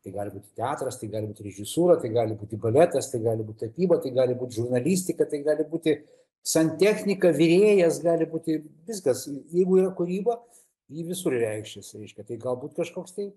tai gali būti teatras tai gali būt režisūra kai gali būti baletas tai gali būt tapyba tai gali būt žurnalistika tai gali būti santechnika virėjas gali būti viskas jeigu yra kūryba ji visur reikšis reiškia kai galbūt kažkoks tai